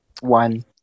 One